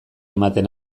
ematen